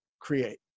create